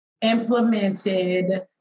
Implemented